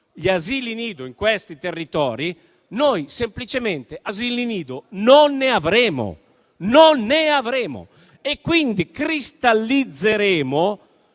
gli asili nido in questi territori, noi semplicemente di asili nido non ne avremo e quindi cristallizzeremo